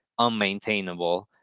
unmaintainable